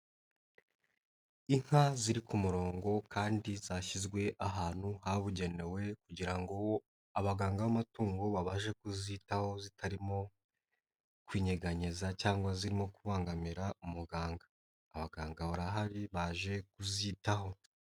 Inka ziri ku murongo kandi zashyizwe ahantu habugenewe kugira ngo abaganga b'amatungo babashe kuzitaho zitarimo kwinyeganyeza cyangwa zirimo kubangamira umuganga, abaganga barahari baje kuzitaho.